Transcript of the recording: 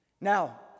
Now